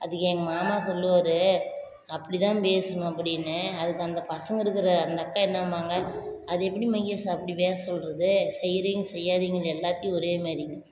அதுக்கு எங்கள் மாமா சொல்லுவார் அப்படி தான் பேசுவேன் அப்படின்னு அதுக்கு அந்த பசங்க இருக்கிற அந்த அக்கா என்னாம்பாங்க அது எப்படி மகேஷ் அப்படி பேச சொல்கிறது செய்கிறீங்க செய்யாதீங்க எல்லாத்தையும் ஒரே மாரி